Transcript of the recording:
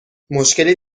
مشکلی